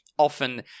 Often